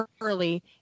early